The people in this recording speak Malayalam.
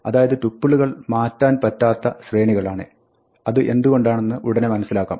അതായത് ടുപ്പിളുകൾ മാറ്റാൻ പറ്റാത്ത ശ്രേണികളാണ് അത് എന്തുകൊണ്ടാണെന്ന് ഉടനെ മനസ്സിലാക്കാം